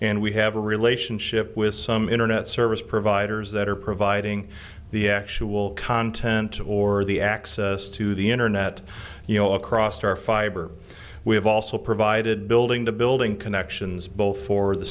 and we have a relationship with some internet service providers that are providing the actual content or the access to the internet you know across our fiber we have also provided building to building connections both for the